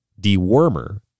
dewormer